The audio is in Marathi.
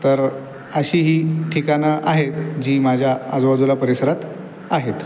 तर अशी ही ठिकाणं आहेत जी माझ्या आजूबाजूला परिसरात आहेत